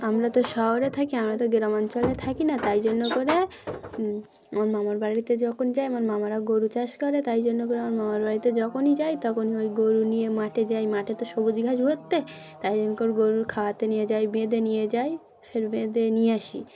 আমরা তো শহরে থাকি আমরা তো গ্রামাঞ্চলে থাকি না তাই জন্য করে আমার মামার বাড়িতে যখন যাই আমার মামারা গরু চাষ করে তাই জন্য করে আমার মামার বাড়িতে যখনই যাই তখনই ওই গরু নিয়ে মাঠে যাই মাঠে তো সবুজ ঘাস ভর্তি তাই জন্য করে গরুর খাওয়াতে নিয়ে যাই বেঁধে নিয়ে যাই ফের বেঁধে নিয়ে আসি